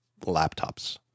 laptops